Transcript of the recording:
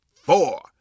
four